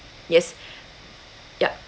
yes yup